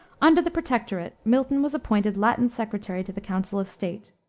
under the protectorate milton was appointed latin secretary to the council of state.